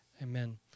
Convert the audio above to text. Amen